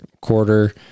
quarter